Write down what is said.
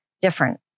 different